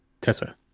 Tessa